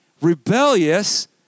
rebellious